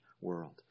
world